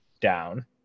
down